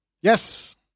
Yes